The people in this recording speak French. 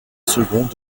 second